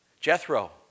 Jethro